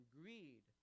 greed